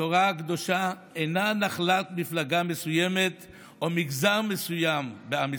התורה הקדושה אינה נחלת מפלגה מסוימת או מגזר מסוים בעם ישראל,